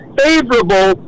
favorable